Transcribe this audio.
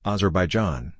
Azerbaijan